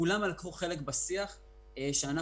כולם לקחו חלק בשיח שקיימנו.